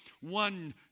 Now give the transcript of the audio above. one